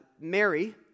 Mary